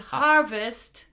harvest